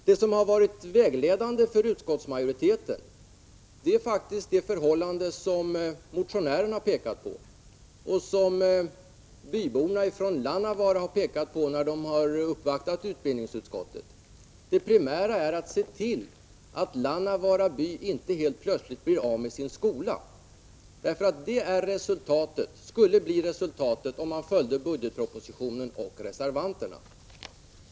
Det som har varit vägledande för utskottsmajoriteten är faktiskt det förhållande som motionären visat på och som byborna från Lannavaara har pekat på när de uppvaktat utbildningsutskottet: Det primära är att se till att Lannavaara by inte helt plötsligt blir av med sin skola. Det skulle bli resultatet om man följde förslaget i budgetpropositionen och reservationen.